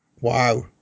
Wow